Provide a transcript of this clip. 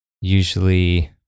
usually